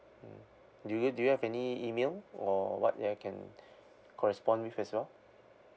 mm do you do you have any email or what may I can correspond with as well